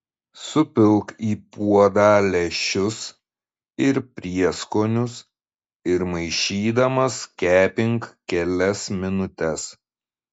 supilk į puodą lęšius ir prieskonius ir maišydamas kepink kelias minutes